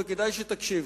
וכדאי שתקשיב,